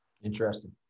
Interesting